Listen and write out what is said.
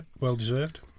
well-deserved